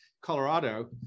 Colorado